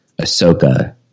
Ahsoka